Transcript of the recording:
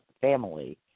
family